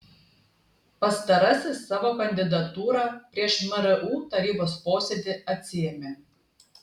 pastarasis savo kandidatūrą prieš mru tarybos posėdį atsiėmė